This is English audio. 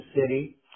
city